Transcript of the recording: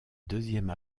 deuxième